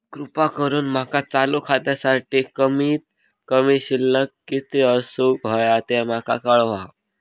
कृपा करून माका चालू खात्यासाठी कमित कमी शिल्लक किती असूक होया ते माका कळवा